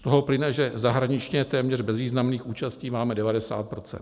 Z toho plyne, že zahraničně téměř bezvýznamných účastí máme 90 %.